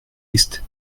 liste